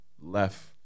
left